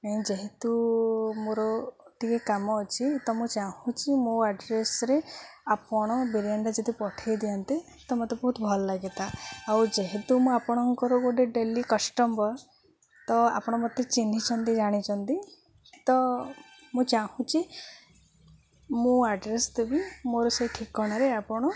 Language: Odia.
ନାଇଁ ଯେହେତୁ ମୋର ଟିକିଏ କାମ ଅଛି ତ ମୁଁ ଚାହୁଁଛି ମୋ ଆଡ୍ରେସ୍ରେ ଆପଣ ବିରିୟାନୀଟା ଯଦି ପଠାଇ ଦିଅନ୍ତେ ତ ମୋତେ ବହୁତ ଭଲ ଲାଗନ୍ତା ଆଉ ଯେହେତୁ ମୁଁ ଆପଣଙ୍କର ଗୋଟେ ଡେଲି କଷ୍ଟମର୍ ତ ଆପଣ ମୋତେ ଚିହ୍ନିଛନ୍ତି ଜାଣିଛନ୍ତି ତ ମୁଁ ଚାହୁଁଛି ମୁଁ ଆଡ୍ରେସ୍ ଦେବି ମୋର ସେଇ ଠିକଣାରେ ଆପଣ